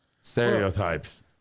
Stereotypes